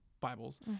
Bibles